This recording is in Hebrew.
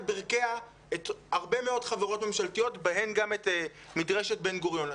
ברכיה הרבה מאוד חברות ממשלתיות בהן גם את מדרשת בן גוריון.